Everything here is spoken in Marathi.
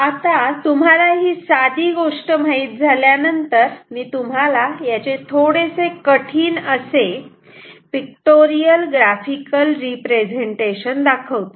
आता तुम्हाला ही साधी गोष्ट माहित झाल्यानंतर मी तुम्हाला याचे थोडेसे कठीण असे पिक्टोरिअल ग्राफिकल रिप्रेझेंटेशन दाखवतो